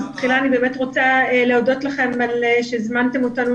תחילה אני באמת רוצה להודות לכם שהזמנתם אותנו